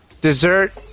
Dessert